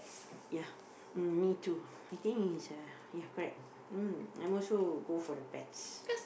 ya mm me too I think is uh ya correct mm I would also go for the pets